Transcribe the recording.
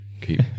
keep